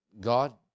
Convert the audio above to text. God